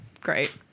Great